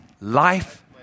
life